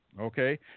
Okay